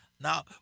Now